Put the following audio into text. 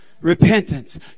Repentance